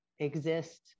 exist